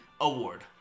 award